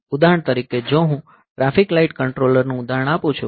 ઉદાહરણ તરીકે જો હું ટ્રાફિક લાઇટ કંટ્રોલર નું ઉદાહરણ આપું છું